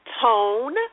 Tone